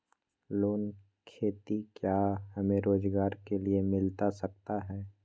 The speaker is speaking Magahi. लोन खेती क्या हमें रोजगार के लिए मिलता सकता है?